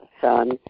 son